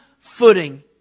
footing